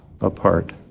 apart